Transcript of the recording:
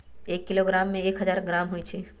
एक किलोग्राम में एक हजार ग्राम होई छई